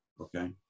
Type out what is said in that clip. Okay